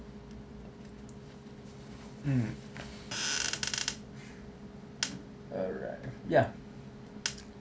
mm alright yeah